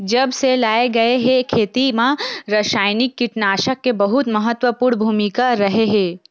जब से लाए गए हे, खेती मा रासायनिक कीटनाशक के बहुत महत्वपूर्ण भूमिका रहे हे